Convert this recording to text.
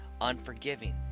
unforgiving